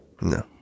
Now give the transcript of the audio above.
No